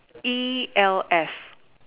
E L S